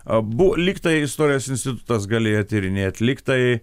abu lyg tai istorijos institutas galėjo tyrinėt lygtai